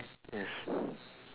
yes